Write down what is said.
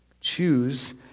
Choose